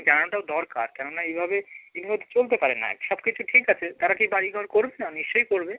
জানানোটাও দরকার কেননা এইভাবে দিন রাত চলতে পারে না সব কিছু ঠিক আছে তারা কি বাড়ি ঘর করবে না নিশ্চই করবে